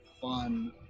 fun